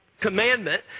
commandment